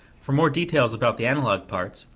for more details about the analog parts,